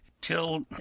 till